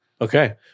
Okay